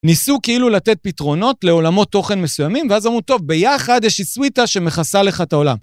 ניסו כאילו לתת פתרונות לעולמות תוכן מסוימים, ואז אמרו, טוב, ביחד יש לי סוויטה שמכסה לך את העולם.